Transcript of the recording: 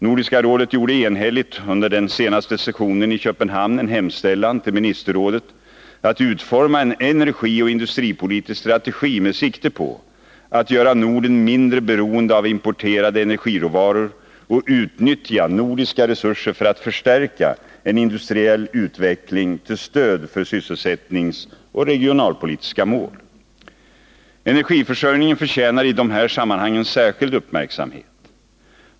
Nordiska rådet gjorde enhälligt under den senaste sessionen i Köpenhamn en hemställan till ministerrådet att utforma en energioch industripolitisk strategi med sikte på att göra Norden mindre beroende av importerade energiråvaror och utnyttja nordiska resurser för att förstärka en industriell utveckling till stöd för sysselsättningsoch regionalpolitiska mål. Energiförsörjningen förtjänar i de här sammanhangen särskild uppmärksamhet.